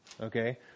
okay